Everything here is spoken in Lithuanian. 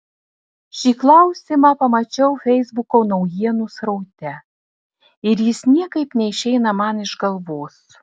šį klausimą pamačiau feisbuko naujienų sraute ir jis niekaip neišeina man iš galvos